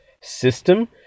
system